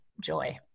joy